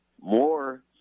more